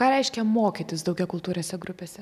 ką reiškia mokytis daugiakultūrėse grupėse